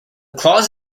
clause